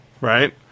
right